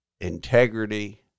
integrity